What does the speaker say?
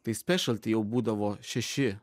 tai spešal ti jau būdavo šeši